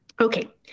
Okay